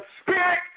Spirit